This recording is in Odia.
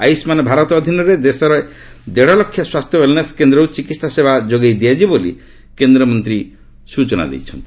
ଆୟୁଷ୍ମାନ୍ ଭାରତ ଅଧୀନରେ ଦେଶରେ ଦେଢ଼ ଲକ୍ଷ ସ୍ୱାସ୍ଥ୍ୟ ଓ ୱେଲ୍ନେସ୍ କେନ୍ଦ୍ରରୁ ଚିକିତ୍ସା ସେବା ଯୋଗାଇ ଦିଆଯିବ ବୋଲି କେନ୍ଦ୍ରମନ୍ତ୍ରୀ ସ୍ଟଚନା ଦେଇଛନ୍ତି